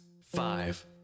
five